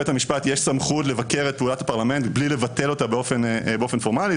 המשפט יש סמכות לבקר את פעולת הפרלמנט בלי לבטל אותה באופן פורמלי.